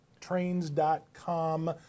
Trains.com